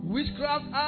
Witchcraft